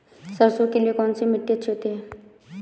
सरसो के लिए कौन सी मिट्टी अच्छी होती है?